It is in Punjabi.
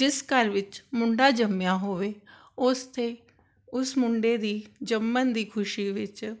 ਜਿਸ ਘਰ ਵਿੱਚ ਮੁੰਡਾ ਜੰਮਿਆ ਹੋਵੇ ਉਸ ਦੇ ਉਸ ਮੁੰਡੇ ਦੀ ਜੰਮਣ ਦੀ ਖੁਸ਼ੀ ਵਿੱਚ